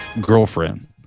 girlfriend